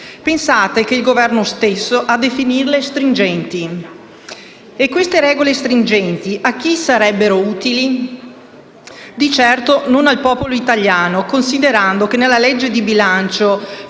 Pensate che è lo stesso Governo a definirle stringenti. E queste regole stringenti a chi sarebbero utili? Di certo non al popolo italiano, considerando che nel disegno di legge di bilancio